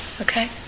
Okay